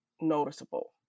noticeable